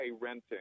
renting